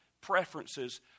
preferences